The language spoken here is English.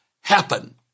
happen